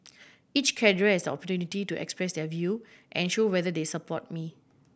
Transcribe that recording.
each cadre has opportunity to express their view and show whether they support me